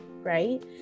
right